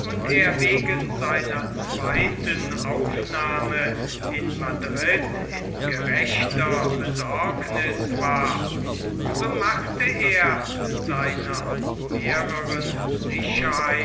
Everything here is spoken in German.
und er wegen seiner zweiten aufnahme in madrid in gerechter besorgniß war so machte er seiner mehreren sicherheit